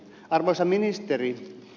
arvoisa ministeri